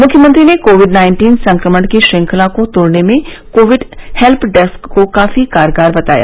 मुख्यमंत्री ने COVID nineteen संक्रमण की श्रृंखला को तोड़ने में कोविड हेल्य डेस्क को काफी कारगर बताया